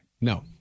No